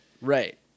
Right